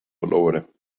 verloren